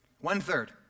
One-third